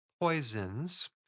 poisons